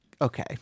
okay